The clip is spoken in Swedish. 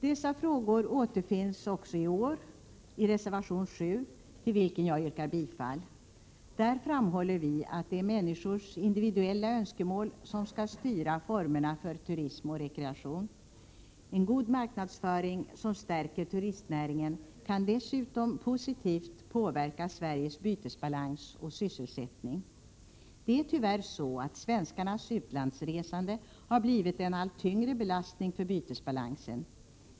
Dessa frågor återfinns också i år — i reservation 7, till vilken jag yrkar bifall. Där framhåller vi att det är människors individuella önskemål som skall styra formerna för turism och rekreation. En god marknadsföring som stärker turistnäringen kan dessutom positivt påverka Sveriges bytesbalans och sysselsättning. Det är tyvärr så, att svenskarnas utlandsresande har blivit en allt tyngre belastning för bytesbalansen.